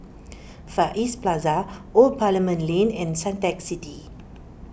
Far East Plaza Old Parliament Lane and Suntec City